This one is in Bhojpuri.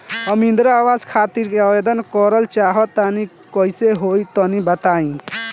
हम इंद्रा आवास खातिर आवेदन करल चाह तनि कइसे होई तनि बताई?